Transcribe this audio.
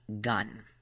gun